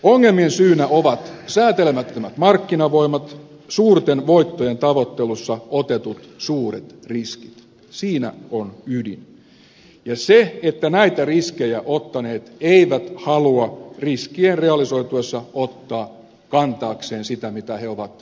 ongelmien syynä ovat säätelemättömät markkinavoimat suurten voittojen tavoittelussa otetut suuret riskit siinä on ydin ja se että näitä riskejä ottaneet eivät halua riskien realisoituessa ottaa kantaakseen sitä minkä he ovat aiheuttaneet